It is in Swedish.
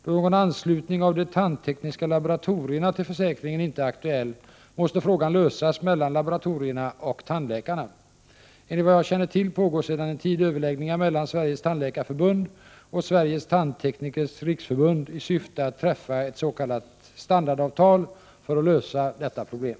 Då någon anslutning av de tandtekniska laboratorierna till försäkringen inte är aktuell måste frågan lösas mellan laboratorierna och tandläkarna. Enligt vad jag känner till pågår sedan en tid överläggningar mellan Sveriges tandläkarförbund och Sveriges tandteknikers riksförbund i syfte att träffa ett s.k. standardavtal för att lösa detta problem.